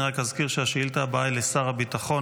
אני רק אזכיר שהשאילתה הבאה היא לשר הביטחון.